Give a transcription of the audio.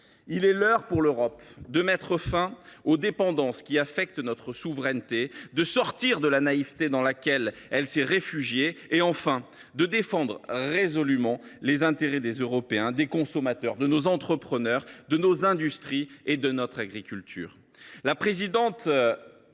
Il est l’heure pour l’Europe de mettre fin aux dépendances qui affectent sa souveraineté, de sortir de la naïveté dans laquelle elle s’est réfugiée et enfin de défendre résolument les intérêts des Européens, des consommateurs, de nos entrepreneurs, de nos industries et de notre agriculture.